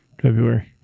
February